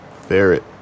Ferret